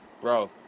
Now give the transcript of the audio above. bro